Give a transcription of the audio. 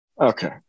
Okay